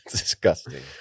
disgusting